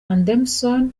anderson